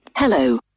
Hello